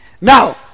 Now